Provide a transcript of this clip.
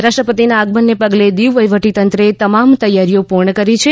રાષ્ટ્રપતિના આગમનને પગલે દીવ વહીવટીતંત્રે તમામ તૈયારીઓ પૂર્ણ કરી છે